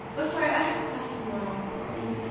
oh, sorry, i have class tomorrow. honey,